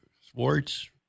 sports